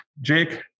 Jake